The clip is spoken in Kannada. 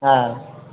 ಹಾಂ